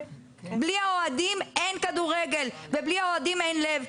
בלי האהודים אין כדורגל ובלי האוהדים אין לב,